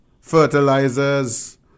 fertilizers